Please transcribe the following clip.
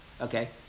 Okay